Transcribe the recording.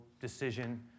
decision